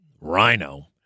rhino